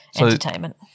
Entertainment